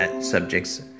subjects